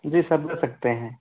जी सब ले सकते हैं